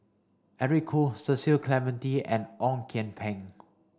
Eric Khoo Cecil Clementi and Ong Kian Peng